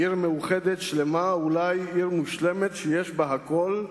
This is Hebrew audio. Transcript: עיר מאוחדת, שלמה, אולי עיר מושלמת, שיש בה הכול,